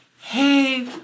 Hey